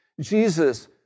Jesus